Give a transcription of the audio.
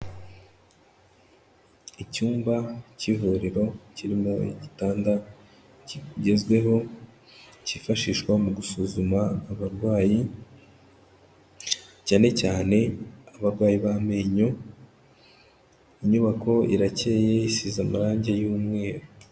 Icyumba cy'ivuriro kirimo igitanda kigezweho cyifashishwa mu gusuzuma abarwayi, cyane cyane abarwayi b'amenyo, inyubako irakeye isize amarange y'umweru.